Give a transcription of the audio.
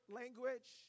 language